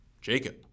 Jacob